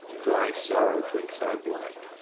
dry sorrow drinks our blood.